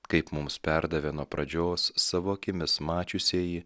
kaip mums perdavė nuo pradžios savo akimis mačiusieji